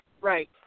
Right